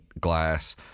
glass